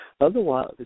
Otherwise